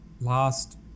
last